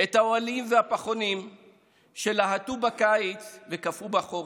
את האוהלים והפחונים שלהטו בקיץ וקפאו בחורף.